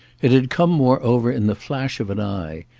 it had come moreover in the flash of an eye,